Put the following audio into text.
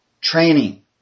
Training